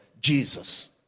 Jesus